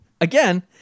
Again